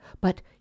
But